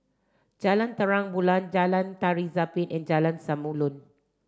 Jalan Terang Bulan Jalan Tari Zapin and Jalan Samulun